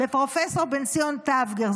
ופרופ' בן ציון טבגר,